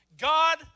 God